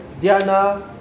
Diana